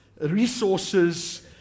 resources